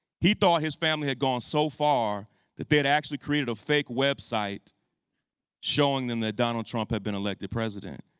he thought his family had gone so far that they had actually created a fake web site showing them that donald trump had been elected president.